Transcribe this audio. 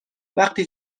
وقتی